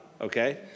okay